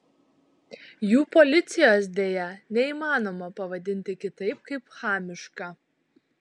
jų policijos deja neįmanoma pavadinti kitaip kaip chamiška